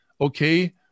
Okay